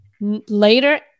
Later